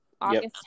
August